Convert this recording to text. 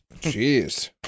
Jeez